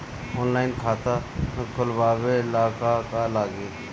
Online खाता खोलबाबे ला का का लागि?